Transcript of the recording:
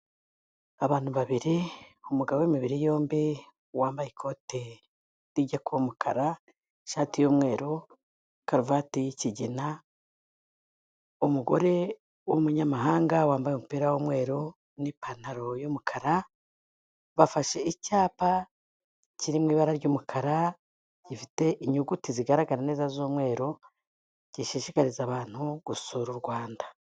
Abantu babiri, umugabo w'imibiri yombi wambaye ikote rijya ku umukara, ishati y'umweru, karuvati y'ikigina, umugore w'umunyamahanga wambaye umupira w'umweru n'ipantaro y'umukara, bafashe icyapa kiri mu ibara ry'umukara, gifite inyuguti zigaragara neza z'umweru, gishishikariza abantu gusura u Rwanda.